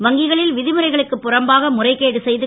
வங்கிகளில் வி முறைகளுக்கு புறம்பாக முறைகேடு செ து